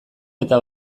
eta